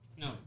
No